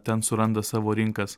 ten suranda savo rinkas